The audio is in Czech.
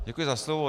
Děkuji za slovo.